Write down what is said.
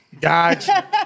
Gotcha